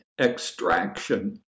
Extraction